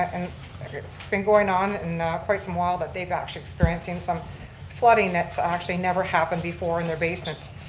and it's been going on in quite some while that they've actually experiencing some flooding that's actually never happened before in their basements.